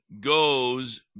goes